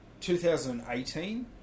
2018